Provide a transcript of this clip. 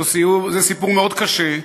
זה סיפור מאוד קשה.